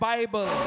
Bible